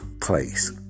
place